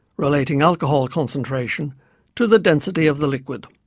relating alcohol concentration to the density of the liquid.